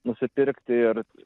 nusipirkti ir